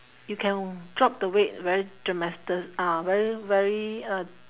you can drop the weight dramasti~ very ah very very uh